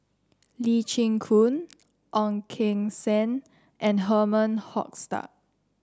Lee Chin Koon Ong Keng Sen and Herman Hochstadt